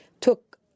took